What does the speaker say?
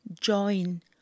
Join